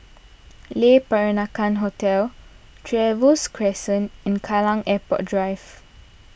Le Peranakan Hotel Trevose Crescent and Kallang Airport Drive